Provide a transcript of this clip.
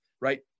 right